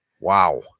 Wow